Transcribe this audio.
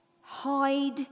hide